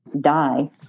die